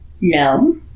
No